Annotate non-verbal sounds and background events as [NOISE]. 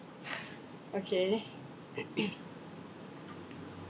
[LAUGHS] okay [COUGHS]